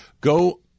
go